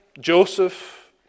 Joseph